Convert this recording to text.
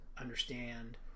understand